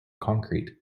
concrete